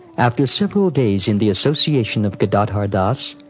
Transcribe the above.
after several days in the association of gadadhar das,